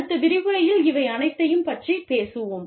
அடுத்த விரிவுரையில் இவை அனைத்தையும் பற்றிப் பேசுவோம்